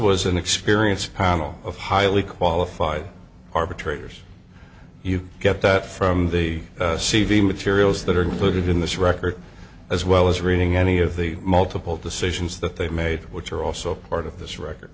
was an experience panel of highly qualified arbitrators you get that from the c v materials that are included in this record as well as reading any of the multiple decisions that they made which are also part of this record